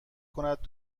کند